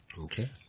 Okay